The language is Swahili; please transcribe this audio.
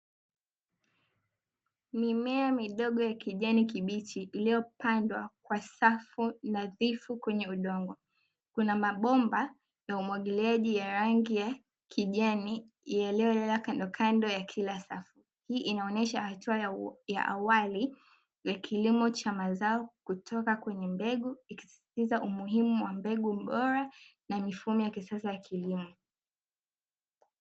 Mimea midogo ya kijani kibichi, iliyopandwa kwa safu nadhifu kwenye udongo, kuna mabomba ya umwagiliaji ya rangi ya kijani yaliolala kandokando ya kila safu, hii inaonyesha hatua ya awali ya kilimo cha mazao kutoka kwenye mbegu, ikisisitiza umuhimu wa mbegu bora na mifumo ya kisasa ya kilimo.